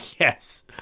Yes